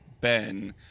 Ben